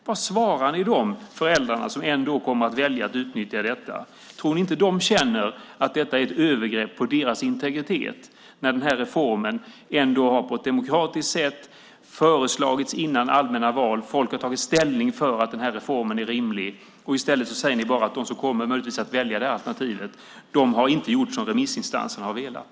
Vad svarar ni de föräldrar som ändå kommer att välja att utnyttja detta? Tror ni inte att de känner att detta är ett övergrepp på deras integritet när den här reformen ändå på ett demokratiskt sätt har föreslagits före allmänna val? Folk har tagit ställning för att den här reformen är rimlig. I stället säger ni att de som möjligtvis kommer att välja det här alternativet inte har gjort som remissinstanserna har velat.